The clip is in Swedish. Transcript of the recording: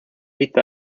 hitta